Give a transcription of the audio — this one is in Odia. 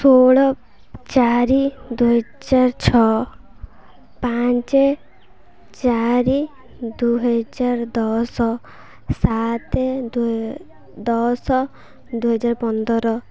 ଷୋହଳ ଚାରି ଦୁଇହଜାର ଛଅ ପାଞ୍ଚ ଚାରି ଦୁଇହଜାର ଦଶ ସାତେ ଦୁଇ ଦଶ ଦୁଇହଜାର ପନ୍ଦର